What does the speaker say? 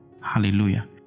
Hallelujah